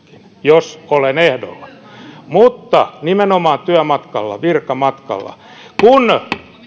jos olen ehdolla nimenomaan työmatkalla virkamatkalla